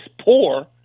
poor